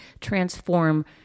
transform